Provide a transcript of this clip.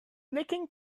licking